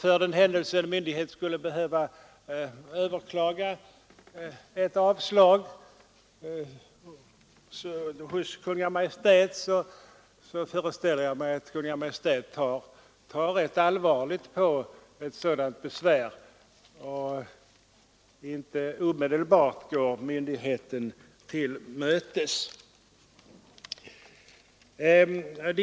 För den händelse myndigheten skulle behöva överklaga ett avslag hos Kungl. Maj:t, föreställer jag mig att Kungl. Maj:t tar allvarligt på ett sådant besvär och inte alltför lätt går myndigheten till mötes.